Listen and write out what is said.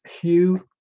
Hugh